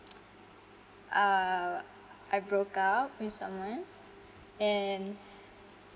uh I broke up with someone and